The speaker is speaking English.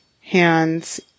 hands